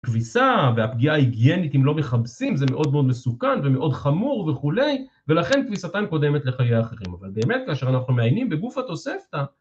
כביסה והפגיעה היגיינית אם לא מכבסים זה מאוד מאוד מסוכן ומאוד חמור וכולי, ולכן כביסתם קודמת לחיי האחרים אבל באמת כאשר אנחנו מעיינים בגוף התוספתא